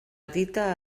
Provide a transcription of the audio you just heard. dita